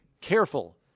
careful